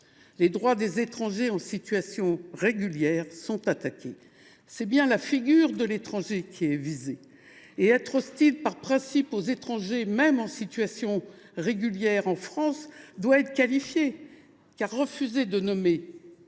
les droits des étrangers en situation régulière sont attaqués. C’est bien la figure de l’étranger qui est visée. Or être hostile par principe aux étrangers, même en situation régulière en France, doit être qualifié, car refuser de nommer